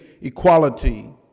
equality